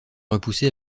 repoussée